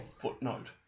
footnote